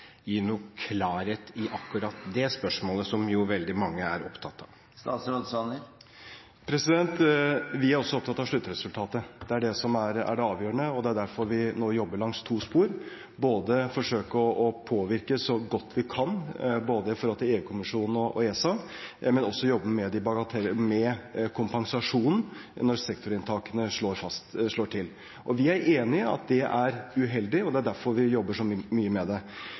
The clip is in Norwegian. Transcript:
klarhet i akkurat det spørsmålet, som jo veldig mange er opptatt av? Vi er også opptatt av sluttresultatet. Det er det som er det avgjørende, og det er derfor vi nå jobber langs to spor: Vi forsøker å påvirke så godt vi kan, både overfor EU-kommisjonen og overfor ESA, men vi jobber også med kompensasjonen når sektorunntakene slår til. Vi er enig i at dette er uheldig, og det er derfor vi jobber så mye med det.